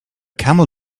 camel